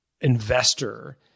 investor